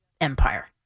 empire